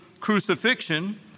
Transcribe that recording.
crucifixion